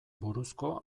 buruzko